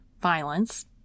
violence